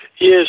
Yes